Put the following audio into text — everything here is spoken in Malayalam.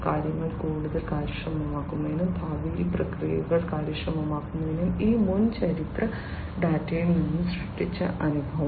കാര്യങ്ങൾ കൂടുതൽ കാര്യക്ഷമമാക്കുന്നതിനും ഭാവിയിൽ പ്രക്രിയകൾ കാര്യക്ഷമമാക്കുന്നതിനും ഈ മുൻ ചരിത്ര ഡാറ്റയിൽ നിന്ന് സൃഷ്ടിച്ച അനുഭവം